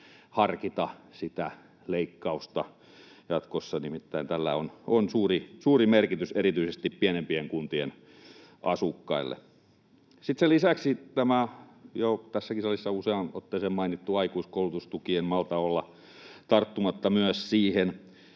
harkita sitä leikkausta jatkossa. Nimittäin tällä on suuri merkitys erityisesti pienempien kuntien asukkaille. Sitten sen lisäksi on tämä jo tässäkin salissa useaan otteeseen mainittu aikuiskoulutustuki, enkä malta olla tarttumatta myös siihen.